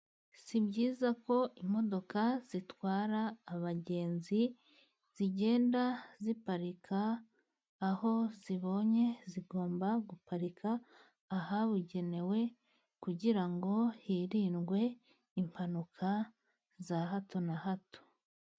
Si byiza ko imodoka zitwara abagenzi, zigenda ziparika aho zibonye, zigomba guparika ahabugenewe, kugira ngo hirindwe impanuka za hato na hato.